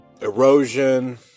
Erosion